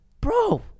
bro